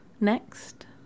Next